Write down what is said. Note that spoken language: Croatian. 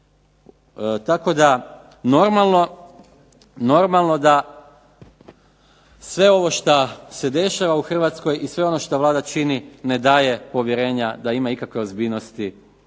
Tako da normalno da sve ovo šta se dešava u Hrvatskoj i sve ono što Vlada čini ne daje povjerenja da ima ikakve ozbiljnosti